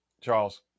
Charles